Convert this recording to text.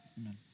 amen